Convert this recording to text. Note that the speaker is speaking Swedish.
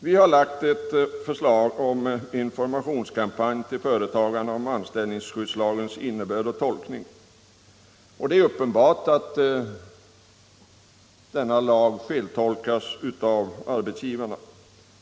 Vi har lagt ett förslag om informationskampanj till företagarna om anställningsskyddslagens innebörd och tolkning. Det är uppenbart att lagen feltolkas av arbetsgivarna.